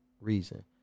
reason